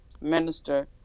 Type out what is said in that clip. minister